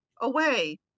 away